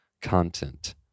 content